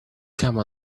come